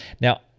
Now